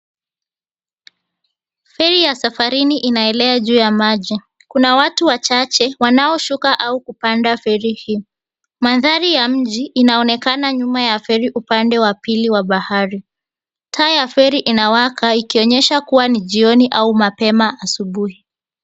Meli ya safarini inaelea juu ya maji. Kuna watu wachache wanaoshuka au kupanda ferri hii . Mandhari ya mji inaonekana nyuma ya feri upande wa pili wa bahari. Taa ya feri inawaka ikionyesha kuwa ni jioni au mapema asubuhi.